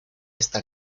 esta